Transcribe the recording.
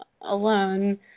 alone